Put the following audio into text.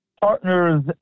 partners